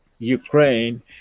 Ukraine